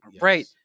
right